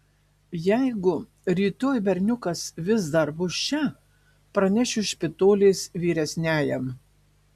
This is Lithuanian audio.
jeigu rytoj berniukas vis dar bus čia pranešiu špitolės vyresniajam